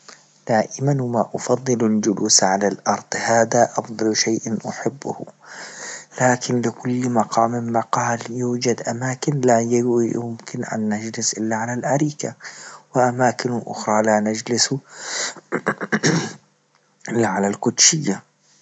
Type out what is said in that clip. دائما ما أفضل الجلوس على أرض هذا أفضل شيء أحبه، لكن لكل مقام مقهى لي وجد أماكن لا ي- يمكن أن نجلس إلا على أريكة، وأماكن أخرى لا نجلس إلا على القدشية.